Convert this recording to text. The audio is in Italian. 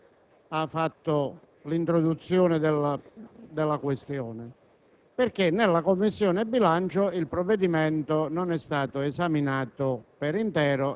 bilancio. È una situazione eccezionale e straordinaria perché normalmente per ogni provvedimento vi dovrebbe essere un relatore.